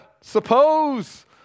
suppose